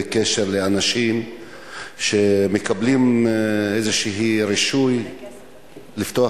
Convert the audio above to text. בקשר לאנשים שמקבלים איזשהו רישוי לפתוח